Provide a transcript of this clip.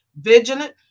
vigilant